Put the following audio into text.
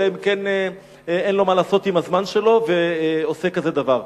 אלא אם כן אין לו מה לעשות עם הזמן שלו ועושה כזה דבר.